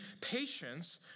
patience